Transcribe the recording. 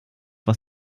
was